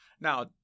Now